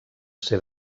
ser